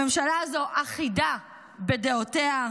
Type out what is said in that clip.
הממשלה הזו אחידה בדעותיה,